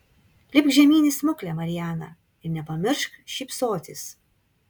lipk žemyn į smuklę mariana ir nepamiršk šypsotis